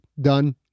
done